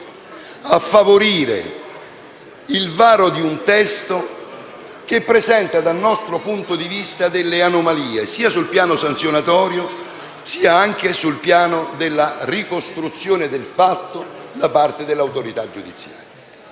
a favorire il varo di un testo che presenta, dal nostro punto di vista, delle anomalie sia sul piano sanzionatorio sia sul piano della ricostruzione del fatto da parte dell'autorità giudiziaria.